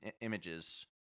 images